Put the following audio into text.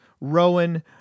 Rowan